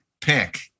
pick